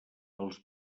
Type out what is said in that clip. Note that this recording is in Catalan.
els